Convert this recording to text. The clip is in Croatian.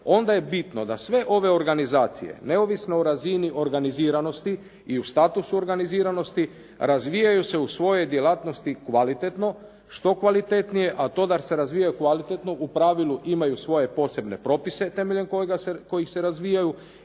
onda je bitno da sve ove organizacije, neovisno o razini organiziranosti i u statusu organiziranosti razvijaju se u svojoj djelatnosti kvalitetno, što kvalitetnije, a to da se razvijaju kvalitetno u pravilu imaju svoje posebne propise temeljem kojih se razvijaju